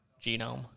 genome